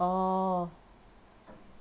orh